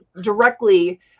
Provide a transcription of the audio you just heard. directly